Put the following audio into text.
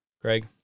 Greg